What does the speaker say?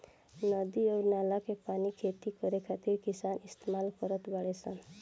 नदी अउर नाला के पानी खेती करे खातिर किसान इस्तमाल करत बाडे सन